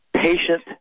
Patient